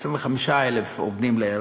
25,000 עובדים לערך,